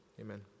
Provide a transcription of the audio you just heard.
amen